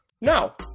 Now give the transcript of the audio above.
No